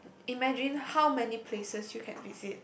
imagine how many places you can visit